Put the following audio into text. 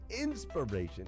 inspiration